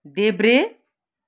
देब्रे